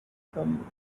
become